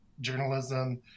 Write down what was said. journalism